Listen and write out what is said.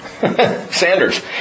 Sanders